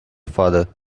father